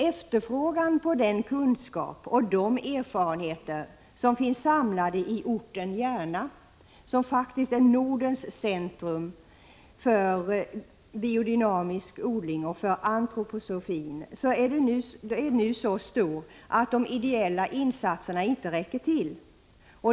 Efterfrågan på den kunskap och de erfarenheter som finns samlade i orten Järna, som faktiskt är Nordens centrum för biodynamisk odling och för antroposofin, är nu så stor att de ideella insatserna inte räcker till.